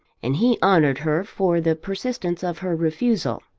and he honoured her for the persistence of her refusal.